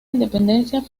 independencia